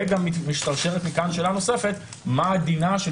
וגם משתרשרת מכאן שאלה נוספת: מה דינה של